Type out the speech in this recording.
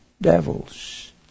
devils